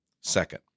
Second